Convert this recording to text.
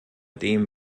dem